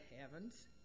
heavens